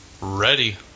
Ready